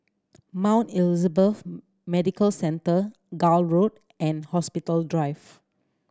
Mount Elizabeth Medical Centre Gul Road and Hospital Drive